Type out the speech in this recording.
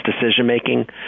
decision-making